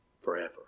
forever